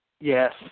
Yes